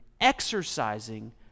exercising